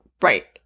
Right